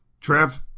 trev